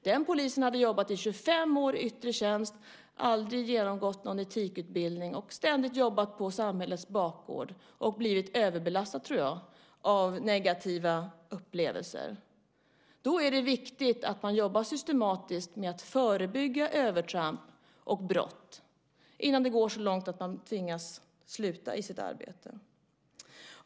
Den polisen hade jobbat 25 år i yttre tjänst, aldrig genomgått någon etikutbildning och ständigt jobbat på samhällets bakgård. Jag tror att han hade blivit överbelastad av negativa upplevelser. Då är det viktigt att jobba systematiskt med att förebygga övertramp och brott, innan det går så långt att man tvingas sluta i sitt arbete.